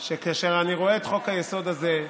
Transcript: שכשאני רואה את חוק-היסוד הזה,